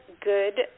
good